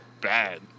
bad